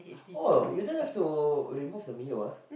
oh you don't have to remove the Mio ah